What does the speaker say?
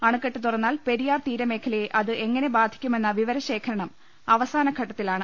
അണക്കെട്ട് തുറന്നാൽ പെരിയാർ തീരമേഖലയെ അത് എങ്ങനെ ബാധിക്കുമെന്ന വിവരശേഖരണം അവസാന ഘട്ടത്തിലാണ്